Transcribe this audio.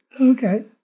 Okay